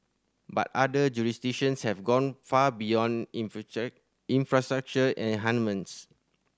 but other jurisdictions have gone far beyond infrastructure enhancements